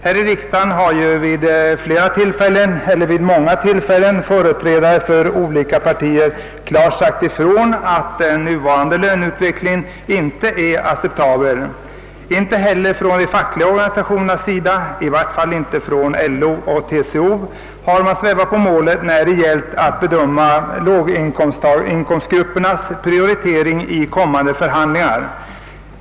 Här i riksdagen har ju vid många tillfällen företrädare för olika partier klart sagt ifrån, att den nuvarande löneutvecklingen inte är acceptabel. Ej heller från de fackliga organisationernas sida — i varje fall gäller det om LO och TCO — har man svävat på målet när det gällt att bedöma låginkomstgruppernas prioritering i kommande förhandlingar.